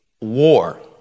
war